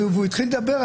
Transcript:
והוא התחיל לדבר,